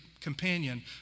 companion